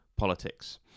politics